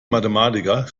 mathematiker